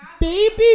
baby